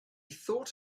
thought